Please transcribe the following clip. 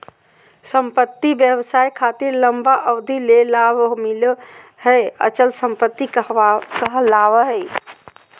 संपत्ति व्यवसाय खातिर लंबा अवधि ले लाभ मिलो हय अचल संपत्ति कहलावय हय